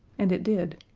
and it did.